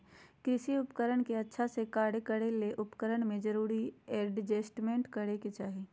कृषि उपकरण के अच्छा से कार्य करै ले उपकरण में जरूरी एडजस्टमेंट करै के चाही